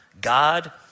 God